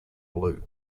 blue